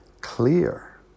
clear